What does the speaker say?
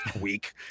weak